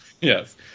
Yes